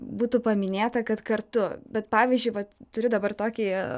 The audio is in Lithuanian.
būtų paminėta kad kartu bet pavyzdžiui vat turi dabar tokį